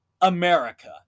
America